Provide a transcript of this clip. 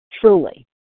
truly